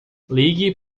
ligue